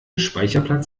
speicherplatz